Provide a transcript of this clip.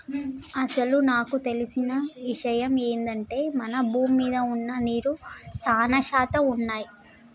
అసలు నాకు తెలిసిన ఇషయమ్ ఏంది అంటే మన భూమి మీద వున్న నీరు సానా శాతం వున్నయ్యి